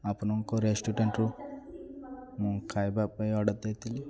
ଆପଣଙ୍କ ରେଷ୍ଟୁରାଣ୍ଟରୁ ମୁଁ ଖାଇବା ପାଇଁ ଅର୍ଡର୍ ଦେଇଥିଲି